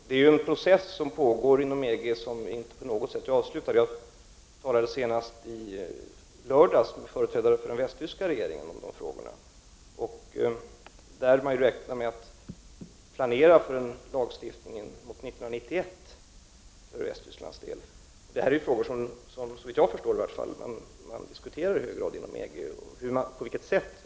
Herr talman! Det pågår i dag en process inom EG som inte på något sätt är avslutad. Jag talade senast i lördags med företrädare för Västtysklands regering om de här frågorna. För Västtysklands del räknade man med att planera för en lagstiftning år 1991. Såvitt jag förstår diskuteras dessa frågor i hög grad inom EG, och det diskuteras på vilket sätt man skall skärpa bestämmelserna.